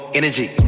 energy